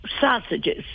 sausages